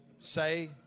say